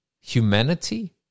humanity